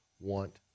want